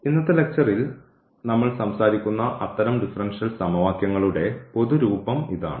ഇന്നത്തെ ലക്ച്ചറിൽ നമ്മൾ സംസാരിക്കുന്ന അത്തരം ഡിഫറൻഷ്യൽ സമവാക്യങ്ങളുടെ പൊതുരൂപം ഇതാണ്